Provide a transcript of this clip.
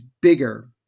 bigger